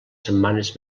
setmanes